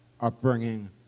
upbringing